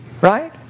right